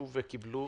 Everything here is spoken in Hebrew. הגישו וקיבלו